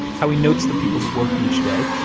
how he notes the people who worked each day,